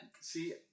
See